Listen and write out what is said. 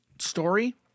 story